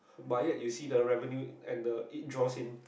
but ya you see the Revenue and the Eat Draw Seen